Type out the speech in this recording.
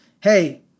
Hey